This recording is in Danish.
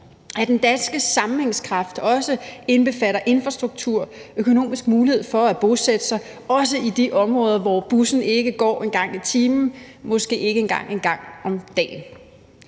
den danske sammenhængskraft også indbefatter infrastruktur og økonomisk mulighed for at bosætte sig, også i de områder, hvor bussen ikke går en gang i timen, måske ikke engang en gang